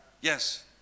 yes